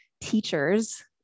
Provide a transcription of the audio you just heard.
teachers